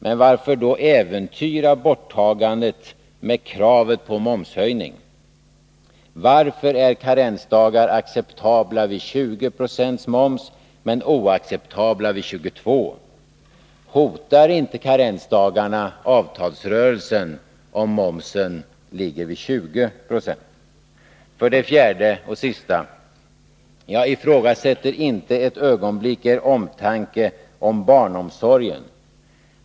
Men varför då äventyra borttagandet av dem med kravet på en momshöjning? Varför är karensdagar acceptabla vid 20 96 moms men oacceptabla vid 22 76? Hotar inte karensdagarna avtalsrörelsen om momsen ligger på 20 2? För det fjärde och sista: Jag ifrågasätter inte ett ögonblick er omtanke om barnomsorgen.